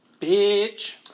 Bitch